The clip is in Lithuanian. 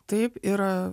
taip ir